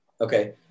Okay